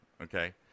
okay